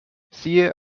siehe